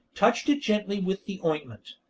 touched it gently with the ointment.